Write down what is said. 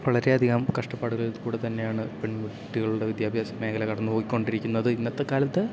വളരെയധികം കഷ്ടപ്പാടുകളിൽക്കൂടെ തന്നെയാണ് പെൺകുട്ടികളുടെ വിദ്യാഭ്യാസ മേഖല കന്നുപോയിക്കൊണ്ടിരിക്കുന്നത് ഇന്നത്തെ കാലത്ത്